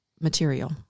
material